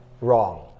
wrong